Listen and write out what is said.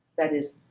that is,